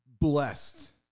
blessed